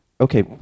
okay